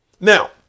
Now